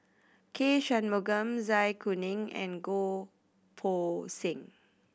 K Shanmugam Zai Kuning and Goh Poh Seng